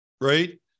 right